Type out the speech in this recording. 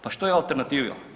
Pa što je alternativa?